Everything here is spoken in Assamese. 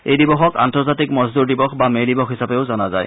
এই দিৱসক আন্তৰ্জাতিক মজদুৰ দিৱস বা মে' দিৱস হিচাপেও জনা যায়